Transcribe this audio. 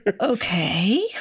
Okay